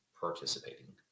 participating